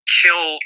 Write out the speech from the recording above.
kill